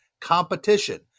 competition